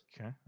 okay